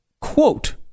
quote